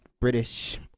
British